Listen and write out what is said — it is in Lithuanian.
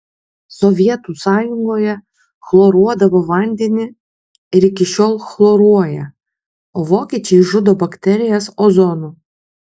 sovietų sąjungoje chloruodavo vandenį ir iki šiol chloruoja o vokiečiai žudo bakterijas ozonu